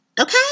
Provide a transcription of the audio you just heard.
okay